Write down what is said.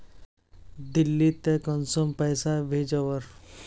दिल्ली त कुंसम पैसा भेज ओवर?